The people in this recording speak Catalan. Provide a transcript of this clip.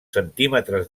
centímetres